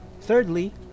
Thirdly